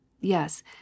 yes